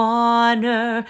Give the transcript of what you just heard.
honor